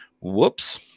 whoops